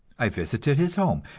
i visited his home,